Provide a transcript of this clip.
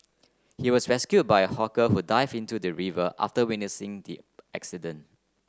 he was rescued by a hawker who dived into the river after witnessing the accident